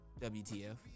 WTF